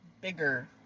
bigger